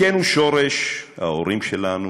הכינו שורש: ההורים שלנו,